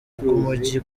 bw’umujyi